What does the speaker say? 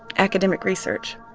academic research